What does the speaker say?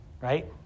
right